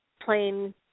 plain